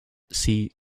sea